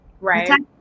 Right